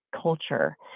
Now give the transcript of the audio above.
culture